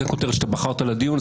זאת הכותרת שבחרת לדיון,